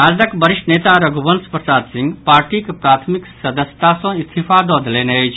राजदक वरिष्ठ नेता रघुवंश प्रसाद सिंह पार्टीक प्राथमिक सदस्यता सँ इस्तीफा दऽ देलनि अछि